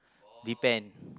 depend